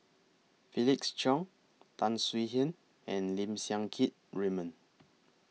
Felix Cheong Tan Swie Hian and Lim Siang Keat Raymond